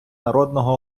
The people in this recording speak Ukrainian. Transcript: народного